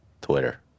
Twitter